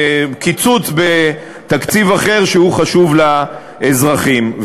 קיצוץ בתקציב אחר שחשוב לאזרחים.